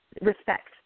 respect